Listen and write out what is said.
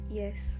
yes